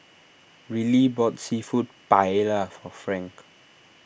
Rillie bought Seafood Paella for Frank